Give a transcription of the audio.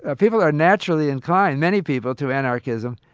ah people are naturally inclined, many people, to anarchism,